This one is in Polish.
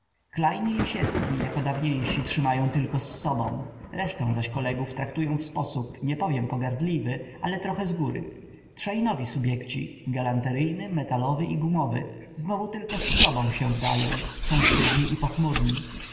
lisiecki jako dawniejsi trzymają tylko z sobą resztę zaś kolegów traktują w sposób nie powiem pogardliwy ale trochę zgóry trzej zaś nowi subjekci galanteryjny metalowy i gumowy znowu tylko z sobą się wdają są sztywni i